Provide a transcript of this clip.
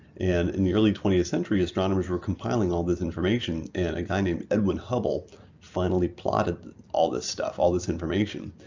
and in the early twentieth century, astronomers were compiling all this information and a guy named edwin hubble finally plotted all this stuff all this information.